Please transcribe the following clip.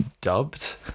dubbed